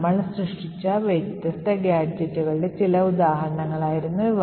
നമ്മൾ സൃഷ്ടിച്ച വ്യത്യസ്ത ഗാഡ്ജെറ്റുകളുടെ ചില ഉദാഹരണങ്ങളായിരുന്നു ഇവ